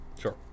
Sure